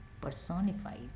personified